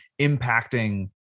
impacting